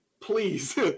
please